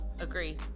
agree